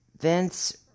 Vince